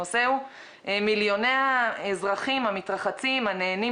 הנושא הוא מיליוני האזרחים המתרחצים הנהנים